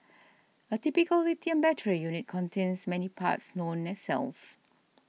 a typical lithium battery unit contains many parts known as cells